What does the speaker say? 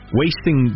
wasting